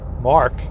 Mark